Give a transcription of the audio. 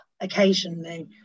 occasionally